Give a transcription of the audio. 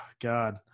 God